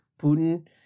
Putin